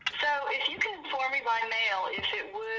so if you could inform me by mail if it